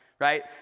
Right